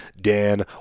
Dan